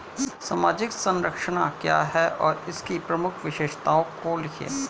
सामाजिक संरक्षण क्या है और इसकी प्रमुख विशेषताओं को लिखिए?